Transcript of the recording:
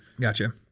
Gotcha